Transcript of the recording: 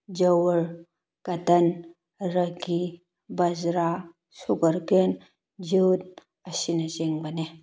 jowar cotton ragi bajra sugar cane jute ꯑꯁꯤꯅ ꯆꯤꯡꯕꯅꯤ